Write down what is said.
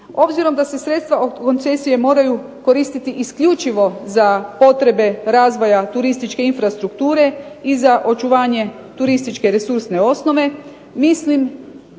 Obzirom da se sredstva od koncesije moraju koristiti isključivo za potrebe razvoja turističke infrastrukture i za očuvanje turističke resursne osnove, mislim,